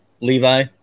Levi